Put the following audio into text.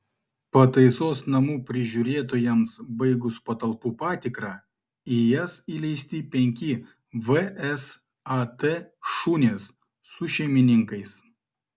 pataisos namų prižiūrėtojams baigus patalpų patikrą į jas įleisti penki vsat šunys su šeimininkais